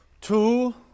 Two